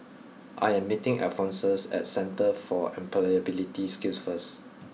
I am meeting Alphonsus at Centre for Employability Skills first